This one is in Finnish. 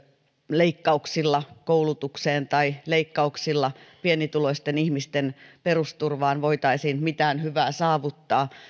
leikkauksilla koulutukseen tai leikkauksilla pienituloisten ihmisten pe rusturvaan voitaisiin mitään hyvää saavuttaa